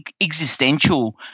existential